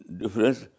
difference